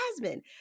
Jasmine